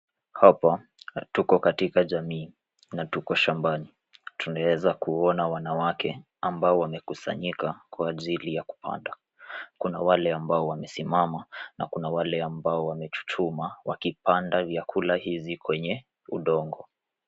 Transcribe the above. Hapa tuko katika jamii na tuko shambani. Tunaeza kuona wanawake ambao wamekusanyika kwa ajili ya kupanda. Kuna wale ambao wamesimama na kuna wale ambao wamechuchuma ,wakipanda vyakula hizi kwenye udongo.